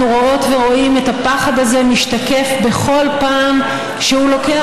אנחנו רואות ורואים את הפחד הזה משתקף בכל פעם כשהוא לוקח